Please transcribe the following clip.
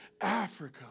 Africa